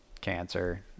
cancer